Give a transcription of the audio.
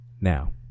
now